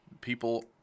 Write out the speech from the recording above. People